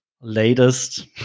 latest